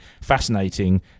fascinating